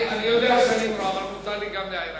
אני יודע שאני מורם, אבל מותר לי גם להעיר הערה.